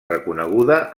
reconeguda